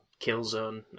Killzone